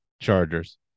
Chargers